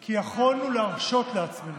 כי יכולנו להרשות לעצמנו.